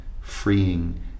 freeing